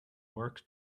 work